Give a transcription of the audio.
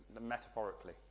metaphorically